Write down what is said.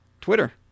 Twitter